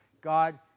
God